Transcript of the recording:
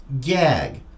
Gag